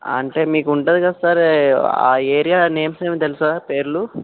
అంటే మీకుంటుంది కదా సార్ ఆ ఏరియా నేమ్స్ ఏమైనా తెలుసా పేర్లు